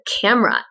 camera